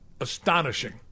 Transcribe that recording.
astonishing